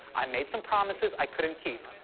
i made some promises i couldn't keep.